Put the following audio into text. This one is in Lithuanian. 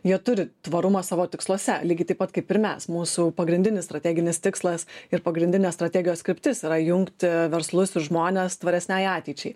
jie turi tvarumą savo tiksluose lygiai taip pat kaip ir mes mūsų pagrindinis strateginis tikslas ir pagrindinė strategijos kryptis yra jungti verslus ir žmones tvaresniai ateičiai